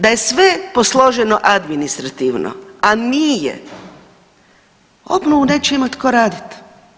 Da je sve posloženo administrativno, a nije, obnovu neće imati tko raditi.